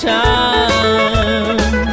time